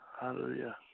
Hallelujah